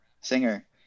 Singer